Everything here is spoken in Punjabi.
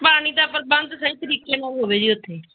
ਪਾਣੀ ਦਾ ਪ੍ਰਬੰਧ ਸਹੀ ਤਰੀਕੇ ਨਾਲ ਹੋਵੇ ਜੀ ਉੱਥੇ